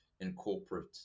incorporate